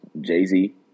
Jay-Z